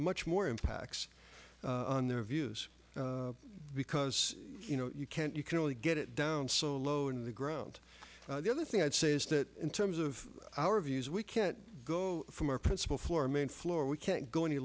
much more impacts on their views because you know you can't you can only get it down so low in the ground the other thing i'd say is that in terms of our views we can go from our principal floor main floor we can't go any